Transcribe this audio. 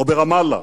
או ברמאללה.